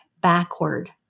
backward